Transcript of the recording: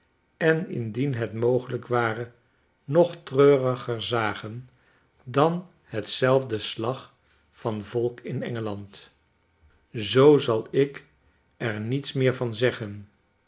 en indien het mogelijk ware nog treuriger zagen dan hetzelfde slag van volk in engeland zoo zal ik er niets meer van zeggen